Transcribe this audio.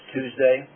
Tuesday